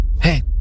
hey